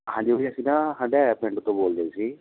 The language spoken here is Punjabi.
ਹਾਂਜੀ ਅਸੀਂ ਨਾ ਹੰਡਾਇਆ ਪਿੰਡ ਤੋਂ ਬੋਲਦੇ ਸੀ